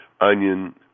onion